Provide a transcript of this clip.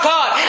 God